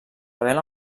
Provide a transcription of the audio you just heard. vela